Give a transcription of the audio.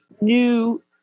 new